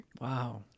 wow